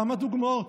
כמה דוגמאות: